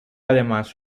además